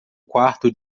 quarto